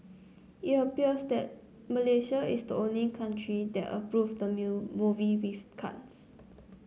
it appears that Malaysia is the only country that approved the movie with cuts